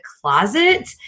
closet